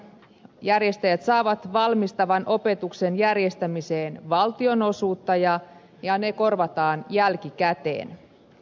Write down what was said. järjestäjät saavat valmistavan opetuksen järjestämiseen valtionosuutta ja ne korvataan jälkikäteen